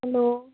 hello